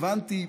הבנתי,